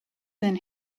than